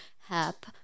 help